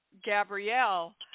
Gabrielle